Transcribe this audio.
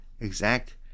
exact